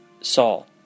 Saul